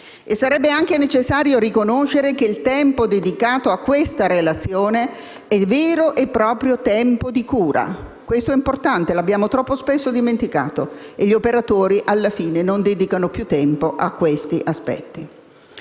Sarebbe anche necessario riconoscere che il tempo dedicato a questa relazione è vero e proprio tempo di cura. Questo è importante, ma l'abbiamo troppo spesso dimenticato; gli operatori alla fine non dedicano più tempo a questi aspetti.